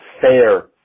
fair